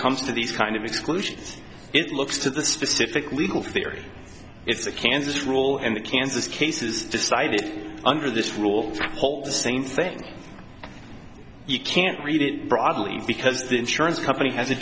comes to these kind of exclusions it looks to the specific legal theory it's a kansas rule and the kansas cases decided under this rule the same thing you can't read it broadly because the insurance company has a